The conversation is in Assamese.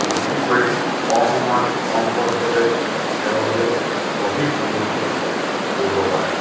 বিক্ৰী কৰি কম সময়ত কম খৰচতে তেওঁলোকে অধিক উন্নতি কৰিব পাৰে